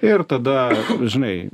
ir tada žinai